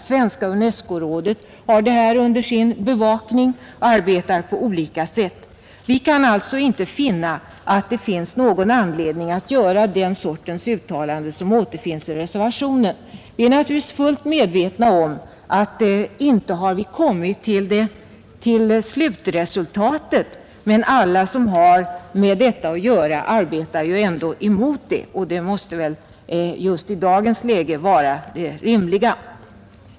Svenska UNESCO-rådet har detta under sin bevakning och arbetar med problemet på olika sätt. Utskottet finner inte någon anledning att göra den sortens uttalande som återfinns i reservationen. Vi är naturligtvis fullt medvetna om att vi inte har kommit till slutresultatet. Men alla ansvariga eftersträvar målmedvetet internationalisering av undervisningen.